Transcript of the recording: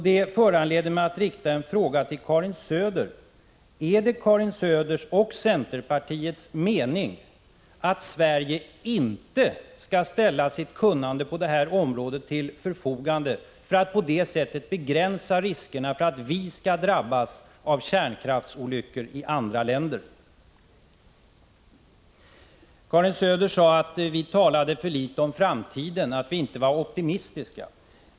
Det föranleder mig att rikta en fråga till Karin Söder: Är det Karin Söders och centerpartiets mening att Sverige inte skall ställa sitt kunnande på kärnkraftssäkerhetens område till förfogande för att på det sättet begränsa riskerna för att vi skall drabbas av kärnkraftsolyckor i andra länder? Karin Söder sade att vi talade för litet om framtiden, att vi inte var optimistiska.